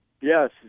Yes